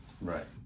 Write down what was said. Right